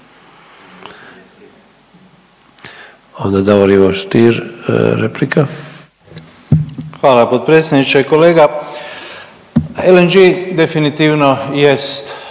Hvala potpredsjedniče. Kolega LNG definitivno jest